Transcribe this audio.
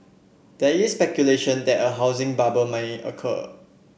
there is speculation that a housing bubble may occur